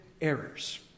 Errors